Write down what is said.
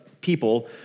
people